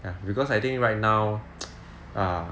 ya because I think right now err